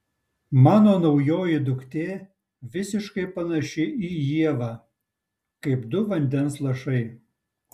mano naujoji duktė visiškai panaši į ievą kaip du vandens lašai